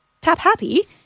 tap-happy